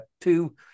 two